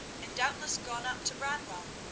and doubtless gone up to bradwell.